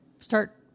start